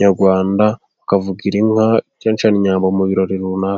nyarwanda, ukavugira inka, cyane cyane inyambo, mu birori runaka.